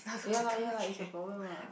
ya lah ya lah is a problem ah